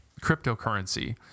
cryptocurrency